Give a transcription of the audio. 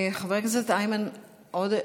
חבר הכנסת איימן עודה,